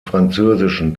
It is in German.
französischen